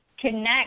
connect